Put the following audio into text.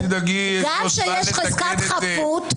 גם כשיש חזקת חפות,